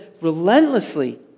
relentlessly